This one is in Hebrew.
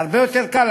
זה הרבה יותר קל,